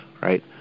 right